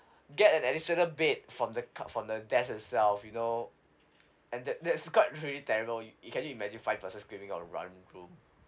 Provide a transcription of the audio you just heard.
get an additional bed from the cu~ from the desk itself you know and that that's got really terrible you you can you imagine five person squeezing on one room